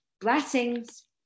Blessings